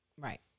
Right